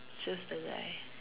just the guy